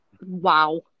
wow